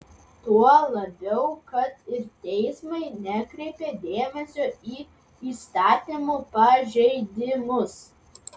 tuo labiau kad ir teismai nekreipia dėmesio į įstatymų pažeidimus